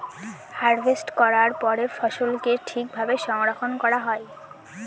harvest করার পরে ফসলকে ঠিক ভাবে সংরক্ষন করা হয়